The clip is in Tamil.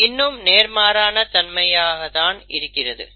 இது இன்னும் நேர்மாறான தன்மையாக தான் இருக்கிறது